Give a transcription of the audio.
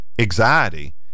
anxiety